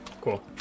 Cool